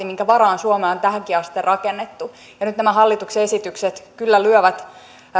minkä varaan suomea on tähänkin asti rakennettu nyt nämä hallituksen esitykset kyllä lyövät